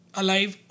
alive